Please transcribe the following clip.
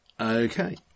Okay